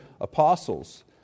apostles